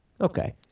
Okay